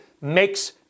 makes